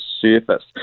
surface